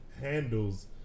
handles